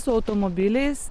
su automobiliais